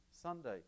Sunday